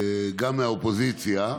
גם מהאופוזיציה,